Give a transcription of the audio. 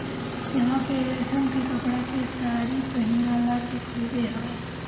इहवां पे रेशम के कपड़ा के सारी पहिनला के खूबे हवे